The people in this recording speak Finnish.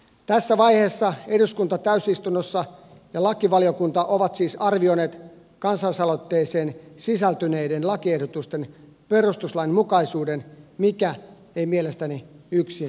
tässä vaiheessa eduskunta täysistunnossa ja lakivaliokunta ovat siis arvioineet kansalaisaloitteeseen sisältyneiden lakiehdotusten perustuslainmukaisuuden mikä ei mielestäni yksin riitä